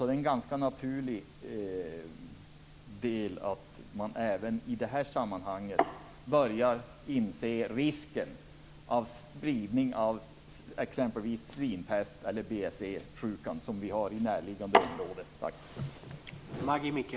Det är ganska naturligt att man även i det här sammanhanget börjar inse risken för spridning av exempelvis svinpest eller BSE-sjukan som vi har i näraliggande område.